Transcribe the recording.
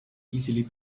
easily